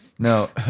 No